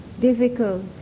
Difficult